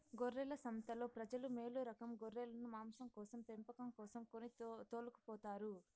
గొర్రెల సంతలో ప్రజలు మేలురకం గొర్రెలను మాంసం కోసం పెంపకం కోసం కొని తోలుకుపోతారు